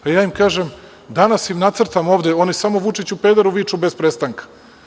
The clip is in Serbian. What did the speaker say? Ja im kažem, danas im nacrtam ovde, oni samo viču Vučiću pederu bez prestanka.